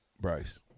Bryce